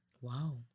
Wow